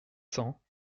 cents